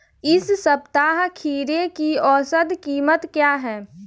इस सप्ताह खीरे की औसत कीमत क्या है?